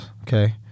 Okay